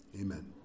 amen